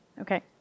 Okay